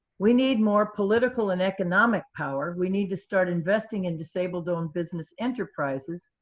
we need more political and economic power. we need to start investing in disabled owned business enterprises,